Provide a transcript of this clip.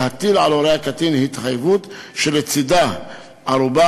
להטיל על הורי הקטין התחייבות שלצדה ערובה,